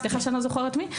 סליחה שאני לא זוכרת מי,